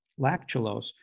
lactulose